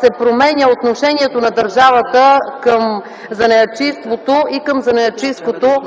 се променя отношението на държавата към занаятчийството и към занаятчийското